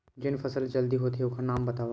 जेन फसल जल्दी होथे ओखर नाम बतावव?